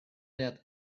that